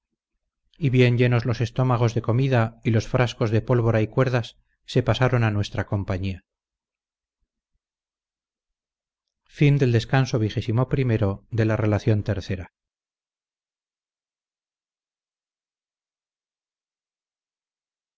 y bien llenos los estómagos de comida y los frascos de pólvora y cuerdas se pasaron a nuestra compañía interrumpieron la relación